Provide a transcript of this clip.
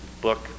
book